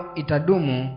itadumu